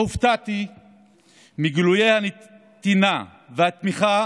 לא הופתעתי מגילויי הנתינה והתמיכה